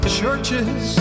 churches